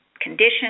condition